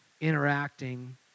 interacting